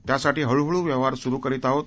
त्यासाठी हळूहळू व्यवहार सुरु करीत आहोत